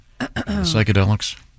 Psychedelics